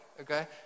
okay